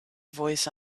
voice